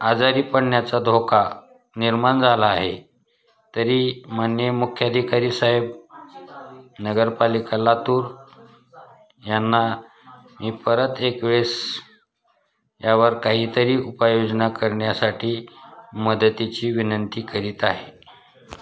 आजारी पडण्याचा धोका निर्माण झाला आहे तरी माननीय मुख्यधिकारी साहेब नगरपालिका लातूर यांना मी परत एक वेळेस यावर काहीतरी उपायोजना करण्या्साठी मदतीची विनंती करीत आहे